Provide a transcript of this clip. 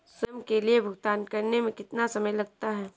स्वयं के लिए भुगतान करने में कितना समय लगता है?